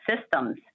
systems